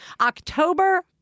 October